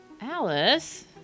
Alice